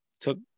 took